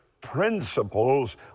principles